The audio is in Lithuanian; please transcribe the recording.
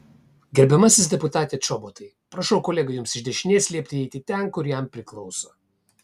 gerbiamasis deputate čobotai prašau kolegai jums iš dešinės liepti eiti ten kur jam priklauso